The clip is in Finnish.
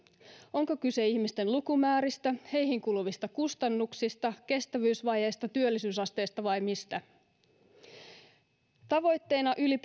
onko kyse ihmisten lukumääristä heihin kuuluvista kustannuksista kestävyysvajeesta työllisyysasteesta vai mistä tavoitteena yli